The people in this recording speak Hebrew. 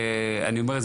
אני אומר,